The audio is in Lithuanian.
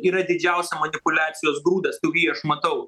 yra didžiausia manipuliacijos grūdas kurį aš matau